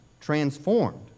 transformed